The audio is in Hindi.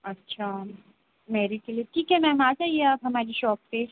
अच्छा मैरी के लिए ठीक है मैम आ जाइए आप हमारी शॉप पे